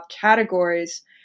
categories